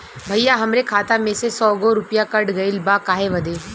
भईया हमरे खाता मे से सौ गो रूपया कट गइल बा काहे बदे?